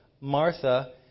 Martha